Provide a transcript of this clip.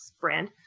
brand